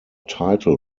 title